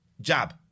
jab